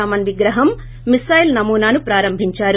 రామన్ విగ్రహం మిసైల్ నమూనాను ప్రారంభించారు